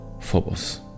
phobos